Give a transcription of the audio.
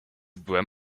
byłem